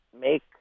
make